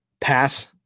pass